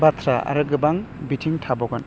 बाथ्रा आरो गोबां बिथिं थाबावगोन